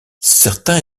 certains